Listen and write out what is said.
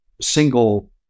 single